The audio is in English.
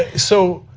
ah so,